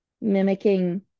mimicking